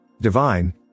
divine